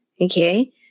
okay